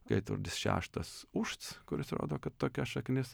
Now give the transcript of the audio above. kaitvardis šeštas ušts kuris rodo kad tokia šaknis